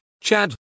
Chad